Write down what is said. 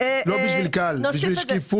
לא כדי שיהיה לי קל, בשביל השקיפות.